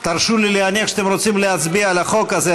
תרשו לי להניח שאתם רוצים להצביע על החוק הזה,